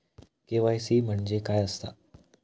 KYC म्हणजे काय आसा?